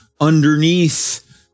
underneath